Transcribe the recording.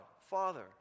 Father